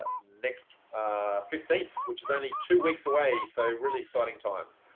ah next fifteenth which is only two weeks away, so really exciting times.